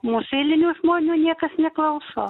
mūsų eilinių žmonių niekas neklauso